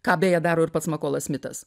ką beje daro ir pats makolas smitas